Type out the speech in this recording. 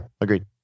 agreed